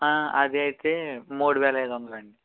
ఆ అదైతే మూడు వేల ఐదు వందలండి